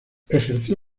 ejerció